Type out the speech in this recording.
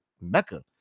Mecca